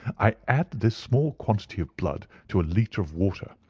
i add this small quantity of blood to a litre of water.